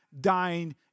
dying